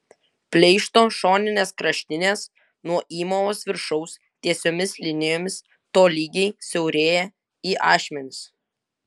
pleišto šoninės kraštinės nuo įmovos viršaus tiesiomis linijomis tolygiai siaurėja į ašmenis